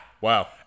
Wow